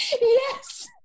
Yes